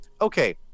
okay